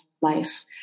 life